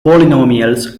polynomials